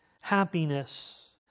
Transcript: happiness